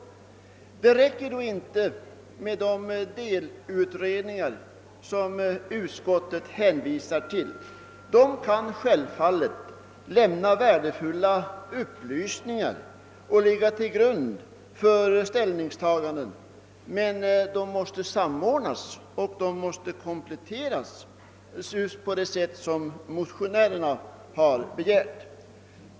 Det räcker inte med de utredningar till vilka utskottet hänvisar. Dessa kan självfallet lämna värdefulla upplysningar och ligga till grund för ställningstaganden, men de måste samordnas och kompletteras på det sätt som motionärerna har begärt.